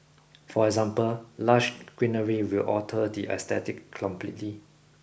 for example lush greenery will alter the aesthetic completely